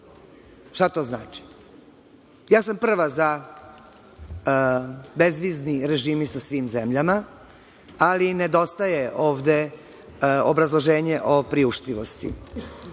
Šta to znači? Ja sam prva za bezvizni režim sa svim zemljama, ali nedostaje ovde obrazloženje o priuštivosti. Dalje,